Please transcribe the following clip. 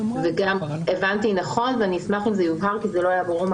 אם הבנתי נכון אני אשמח אם זה יובהר כי מהדברים זה לא היה ברור.